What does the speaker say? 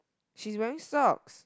she's wearing socks